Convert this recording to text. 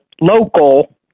local